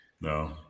no